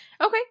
okay